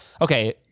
Okay